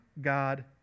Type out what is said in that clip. God